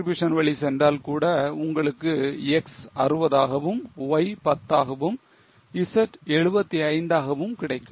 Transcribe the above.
நீங்கள் absolute contribution வழி சென்றால்கூட உங்களுக்கு X 60 ஆகவும் Y 10 ஆகவும் Z 75 ஆகவும் கிடைக்கும்